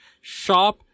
shop